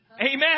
Amen